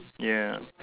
ya